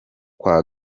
kwa